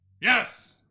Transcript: yes